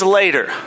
later